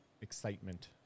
excitement